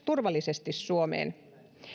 turvallisesti suomeen